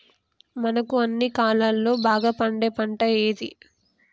మనకు అన్ని కాలాల్లో బాగా పండే పంట ఏది?